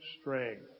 strength